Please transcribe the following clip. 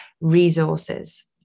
resources